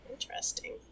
Interesting